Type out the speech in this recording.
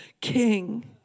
king